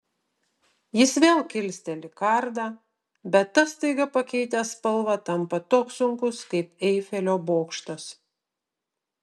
jis vėl kilsteli kardą bet tas staiga pakeitęs spalvą tampa toks sunkus kaip eifelio bokštas